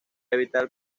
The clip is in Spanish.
evitar